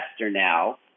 now